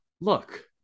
look